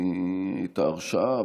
את ההרשאה,